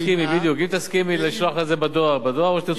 אם תסכימי שאשלח את זה בדואר או שתרצי לחזור,